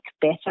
better